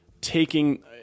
taking